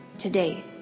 today